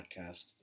podcast